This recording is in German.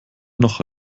noch